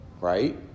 Right